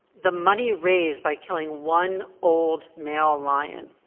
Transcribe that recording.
the money raised by killing one old male lion